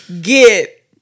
get